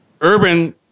Urban